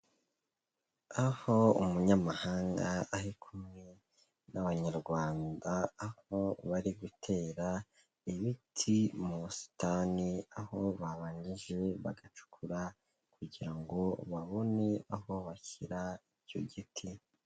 Aho umunyamahanga ari kumwe n'Abanyarwanda, aho bari gutera ibiti mu busitani, aho babanjije bagacukura kugira ngo babone aho bashyira icyo giti.